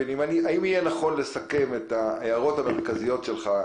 האם יהיה נכון לסכם את ההערות המרכזיות שלך כך: